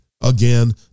Again